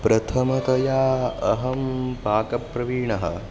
प्रथमतया अहं पाकप्रवीणः